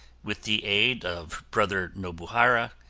with the aid of brother nobuhara,